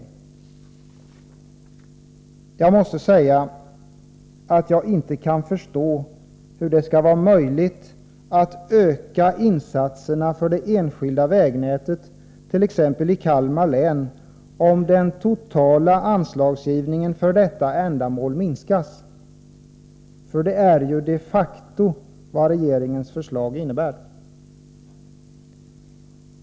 Jag måste säga att jag inte kan förstå hur det skall vara möjligt att öka insatserna för det enskilda vägnätet t.ex. i Kalmar län om den totala anslagsgivningen för detta ändamål minskas — för det är ju de facto vad regeringens förslag innebär.